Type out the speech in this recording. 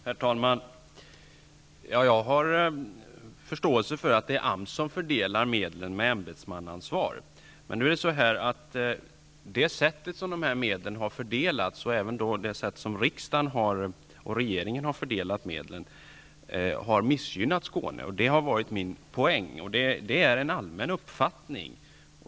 Herr talman! Jag har förståelse för att det är AMS som fördelar medlen med ämbetsmannaansvar, men det sätt på vilket medlen har fördelats, och även det sätt på vilket riksdag och regering har fördelat medlen, har missgynnat Skåne. Det har varit min poäng, och det är en allmän uppfattning.